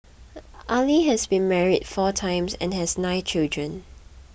Ali has been married four times and has nine children